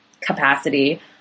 capacity